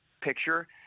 picture